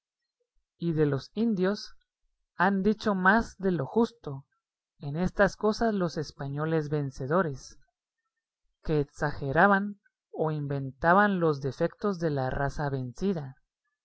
y de los indios han dicho más de lo justo en estas cosas los españoles vencedores que exageraban o inventaban los defectos de la raza vencida